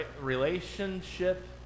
Relationship